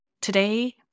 Today